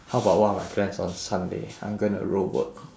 how about what are my plans on sunday I'm gonna row boat